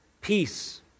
peace